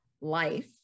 life